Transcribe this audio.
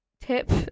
tip